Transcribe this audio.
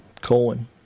Colon